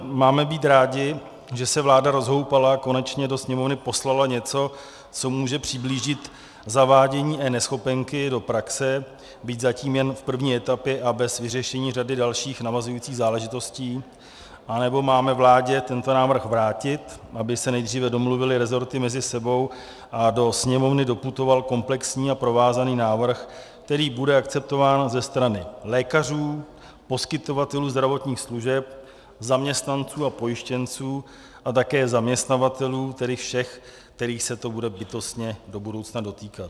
Máme být rádi, že se vláda rozhoupala, konečně do Sněmovny poslala něco, co může přiblížit zavádění eNeschopenky do praxe, byť zatím jen v první etapě a bez vyřešení dalších navazujících záležitostí, anebo máme vládě tento návrh vrátit, aby se nejdříve domluvily rezorty mezi sebou a do Sněmovny doputoval komplexní a provázaný návrh, který bude akceptován ze strany lékařů, poskytovatelů zdravotních služeb, zaměstnanců a pojištěnců a také zaměstnavatelů, tedy všech, kterých se to bude bytostně do budoucna dotýkat?